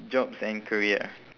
jobs and career